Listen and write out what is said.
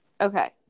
Okay